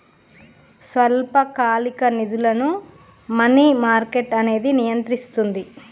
స్వల్పకాలిక నిధులను money market అనేది నియంత్రిస్తది